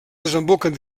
desemboquen